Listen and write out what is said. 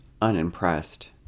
Unimpressed